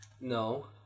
No